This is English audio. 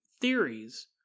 theories